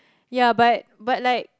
ya but but like